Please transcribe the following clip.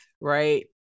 right